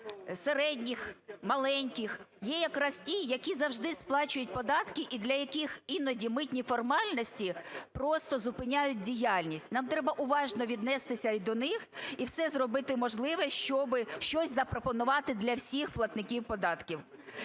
середніх, маленьких, є якраз ті, які завжди сплачують податки і для яких іноді митні формальності просто зупиняють діяльність. Нам треба уважно віднестися і до них, і все зробити можливе, щоби щось запропонувати для всіх платників податків.